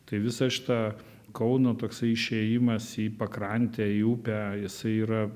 tai visa šita kauno toksai išėjimas į pakrantę į upę jisai yra